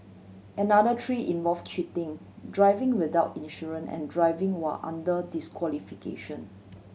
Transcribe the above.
another three involve cheating driving without insurance and driving while under disqualification